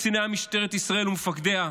קציני משטרת ישראל ומפקדיה,